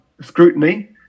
scrutiny